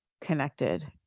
connected